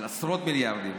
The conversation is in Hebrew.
של עשרות מיליארדים,